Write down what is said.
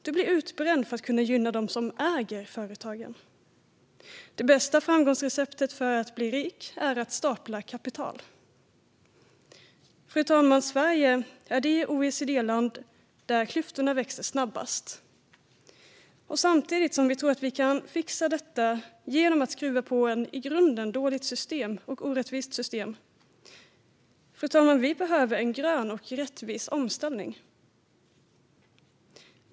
Du blir utbränd för att kunna gynna dem som äger företagen. Det bästa framgångsreceptet för att bli rik är att stapla kapital. Fru talman! Sverige är det OECD-land där klyftorna växer snabbast. Samtidigt tror vi att vi kan fixa detta genom att skruva på ett i grunden dåligt och orättvist system. Vi behöver en grön och rättvis omställning.